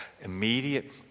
immediate